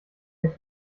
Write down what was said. der